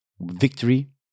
victory